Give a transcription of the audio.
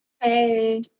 Hey